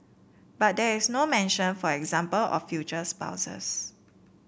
but there is no mention for example of future spouses